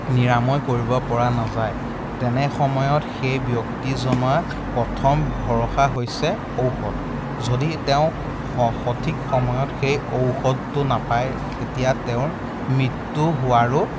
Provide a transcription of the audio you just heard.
নিৰাময় কৰিব পৰা নাযায় তেনে সময়ত সেই ব্যক্তিজনাক প্ৰথম ভৰসা হৈছে ঔষধ যদি তেওঁ সঠিক সময়ত সেই ঔষধটো নাপায় তেতিয়া তেওঁৰ মৃত্যু হোৱাৰো